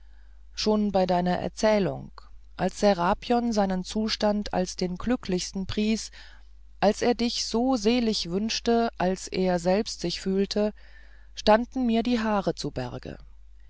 schon bei deiner erzählung als serapion seinen zustand als den glücklichsten pries als er dich so selig wünschte als er selbst sich fühlte standen mir die haare zu berge